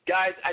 Guys